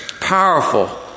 Powerful